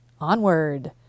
Onward